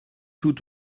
tout